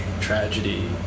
tragedy